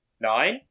nine